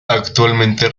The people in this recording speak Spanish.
actualmente